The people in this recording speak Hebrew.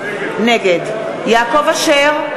נגד יעקב אשר,